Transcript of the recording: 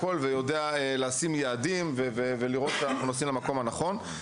ששם יעדים ושמוודא שכולם הולכים בכיוון הנכון.